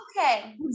Okay